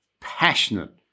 passionate